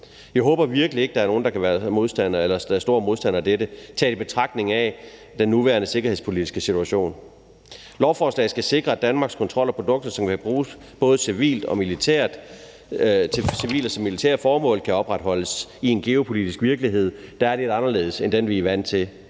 Vi håber virkelig ikke, at der er nogen, der kan være store modstandere af dette – i betragtning af den nuværende sikkerhedspolitiske situation. Lovforslaget skal sikre, at Danmarks kontrol af produkter, som kan bruges til både civile og militære formål, kan opretholdes i en geopolitisk virkelighed, der er lidt anderledes end den, vi er vant til.